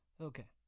Okay